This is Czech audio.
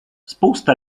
spousta